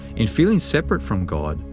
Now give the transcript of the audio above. in feeling separate from god,